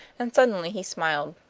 and suddenly he smiled.